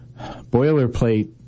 boilerplate